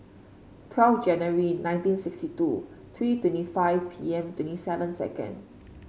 twelve January nineteen sixty two three twenty five P M twenty seven second